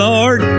Lord